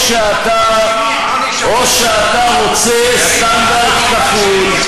שאתה רוצה סטנדרט כפול,